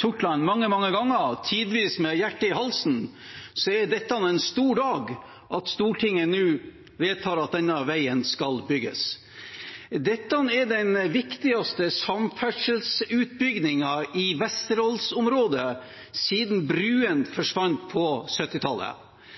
Sortland mange, mange ganger og tidvis med hjertet i halsen, er det en stor dag når Stortinget nå vedtar at denne veien skal bygges. Dette er den viktigste samferdselsutbyggingen i Vesterålen-området siden bruene forsvant på